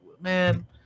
Man